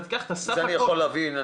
זה אני יכול להבין,